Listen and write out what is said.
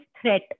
threat